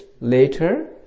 later